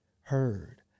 heard